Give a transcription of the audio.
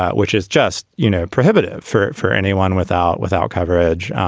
which is just, you know, prohibitive for it for anyone without without coverage.